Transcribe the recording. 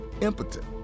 impotent